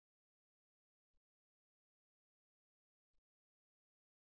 కాబట్టి ఇక్కడ నుండి మీరు దీని వెంట కదులుతారు మరియు ఇది మరియు ఈ పొడవు ఈ పొడవు 0